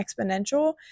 exponential